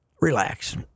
relax